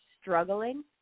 struggling